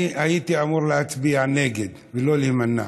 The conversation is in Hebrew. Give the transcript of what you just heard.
אני הייתי אמור להצביע נגד ולא להימנע.